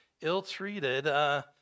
ill-treated